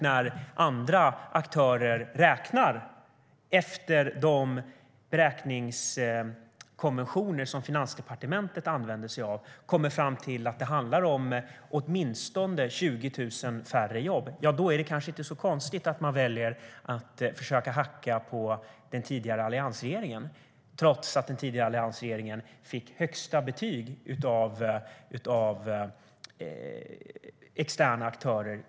När andra aktörer räknar efter de beräkningskonventioner som Finansdepartementet använder sig av kommer de fram till att det handlar om åtminstone 20 000 färre jobb. Då är det kanske inte så konstigt att man väljer att försöka hacka på den tidigare alliansregeringen, trots att den tidigare alliansregeringen fick högsta betyg av externa aktörer.